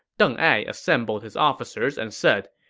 deng ai assembled his officers and said,